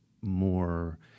more